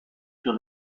sur